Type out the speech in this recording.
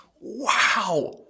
wow